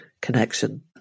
connection